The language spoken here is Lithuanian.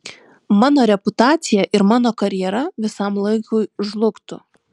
mano reputacija ir mano karjera visam laikui žlugtų